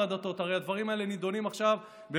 קשוט עצמך,